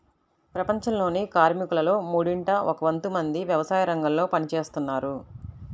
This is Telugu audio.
ప్రపంచంలోని కార్మికులలో మూడింట ఒక వంతు మంది వ్యవసాయరంగంలో పని చేస్తున్నారు